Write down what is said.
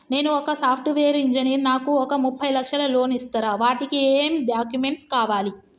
నేను ఒక software engineer నాకు ఒక ముప్పై లక్షల లోన్ ఇస్తరా? వాటికి ఏం డాక్యుమెంట్స్ కావాలి?